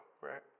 right